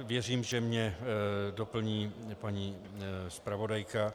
Věřím, že mě doplní paní zpravodajka.